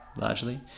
largely